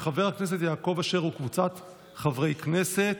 של חבר הכנסת יעקב אשר וקבוצת חברי הכנסת,